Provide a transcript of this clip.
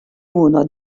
uno